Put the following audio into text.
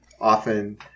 often